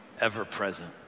ever-present